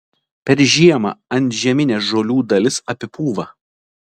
per žiemą antžeminė žolių dalis apipūva